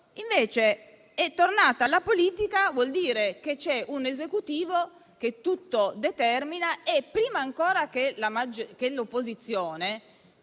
che sia tornata la politica vuol dire che c'è un Esecutivo che tutto determina e, prima ancora dell'opposizione,